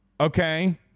okay